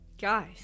guys